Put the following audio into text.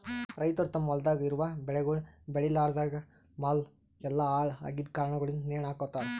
ರೈತುರ್ ತಮ್ ಹೊಲ್ದಾಗ್ ಇರವು ಬೆಳಿಗೊಳ್ ಬೇಳಿಲಾರ್ದಾಗ್ ಮಾಲ್ ಎಲ್ಲಾ ಹಾಳ ಆಗಿದ್ ಕಾರಣಗೊಳಿಂದ್ ನೇಣ ಹಕೋತಾರ್